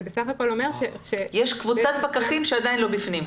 יש קבוצת פקחים שהם עדיין לא בפנים.